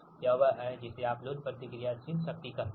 यह वह है जिसे आप लोड प्रतिक्रियाशील शक्ति कहते हैं